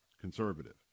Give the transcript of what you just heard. conservative